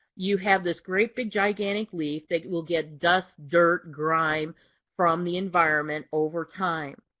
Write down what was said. you have this great but gigantic leaf that will get dust, dirt, grime from the environment over time.